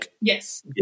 Yes